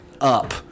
up